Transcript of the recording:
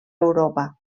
europa